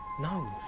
No